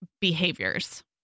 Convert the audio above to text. behaviors